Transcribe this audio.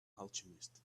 alchemist